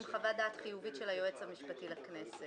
עם חוות דעת חיובית של היועץ המשפטי לכנסת.